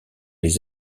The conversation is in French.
les